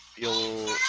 you